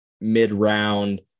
mid-round